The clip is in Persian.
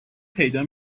پیدا